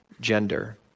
gender